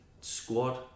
squad